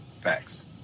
Facts